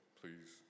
please